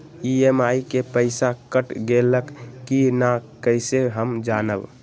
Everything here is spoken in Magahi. ई.एम.आई के पईसा कट गेलक कि ना कइसे हम जानब?